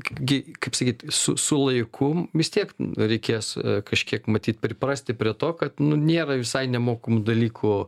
gi kaip sakyt su laiku vis tiek reikės kažkiek matyt priprasti prie to kad nu nėra visai nemokamų dalykų